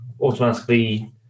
automatically